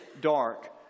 dark